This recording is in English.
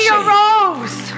arose